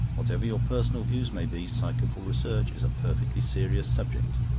whatever your personal views may be, psychical research is a perfectly serious subject.